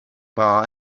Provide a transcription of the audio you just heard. bar